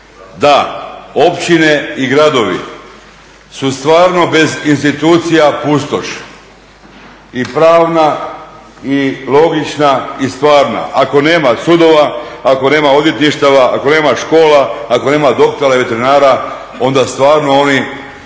Da, općine i gradovi su stvarno bez institucija pustoš i pravna i logična i stvarna, ako nema sudova, ako nema odvjetništava, ako nema škola, ako nema doktora i veterinara onda stvarno oni